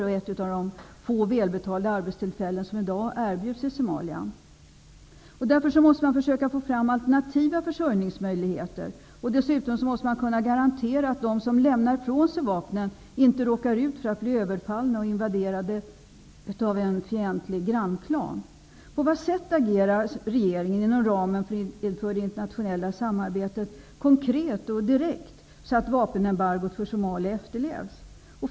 Det är ett av de få välbetalda arbeten som i dag erbjuds i Somalia. Man måste därför försöka få fram alternativa försörjningsmöjligheter. Dessutom måste man kunna garantera att de som lämnar ifrån sig vapnen inte råkar ut för att bli överfallna och invaderade av en fientlig grannklan. På vilket konkret och direkt sätt agerar regeringen inom ramen för det internationella samarbetet, så att vapenembargot på Somalia efterlevs?